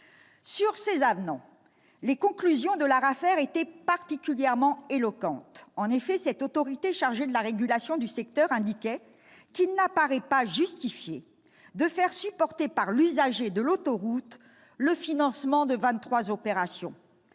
Sur ces avenants, les conclusions de l'Arafer étaient particulièrement éloquentes. En effet, selon cette autorité chargée de la régulation du secteur, « il n'apparaît pas justifié de faire supporter par l'usager de l'autoroute le financement de vingt-trois